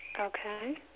Okay